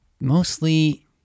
mostly